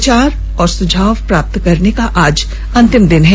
विचार और सुझाव प्राप्त करने का आज अंतिम दिन है